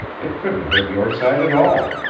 it couldn't hurt your side at all.